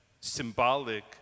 symbolic